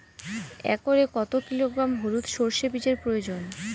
একরে কত কিলোগ্রাম হলুদ সরষে বীজের প্রয়োজন?